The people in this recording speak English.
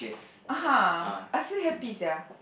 ah !huh! I so happy sia